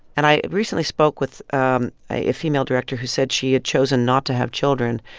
and i recently spoke with ah a female director who said she had chosen not to have children,